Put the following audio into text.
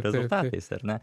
rezultatais ar ne